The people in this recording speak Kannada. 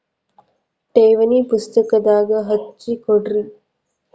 ಠೇವಣಿ ಪುಸ್ತಕದಾಗ ಹಚ್ಚಿ ಕೊಡ್ರಿ